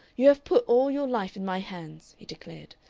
you have put all your life in my hands, he declared.